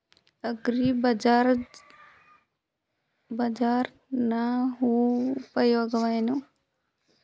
ಅಗ್ರಿಬಜಾರ್ ನ ಉಪಯೋಗವೇನು?